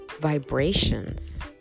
vibrations